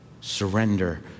Surrender